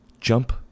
Jump